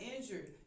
injured